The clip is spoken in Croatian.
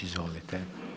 Izvolite.